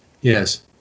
Yes